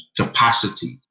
capacity